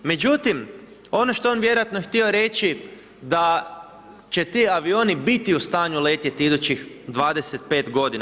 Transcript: Međutim, ono što je on vjerojatno htio reći da će ti avioni biti u stanju letjeti idućih 25 godina.